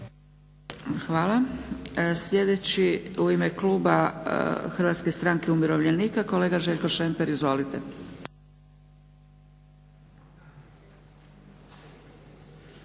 Hvala. Sljedeći u ime kluba Hrvatske stranke umirovljenika kolega Željko Šemper. Izvolite.